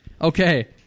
Okay